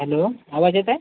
hello आवाज येत आहे